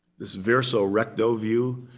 this verso recto view,